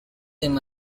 him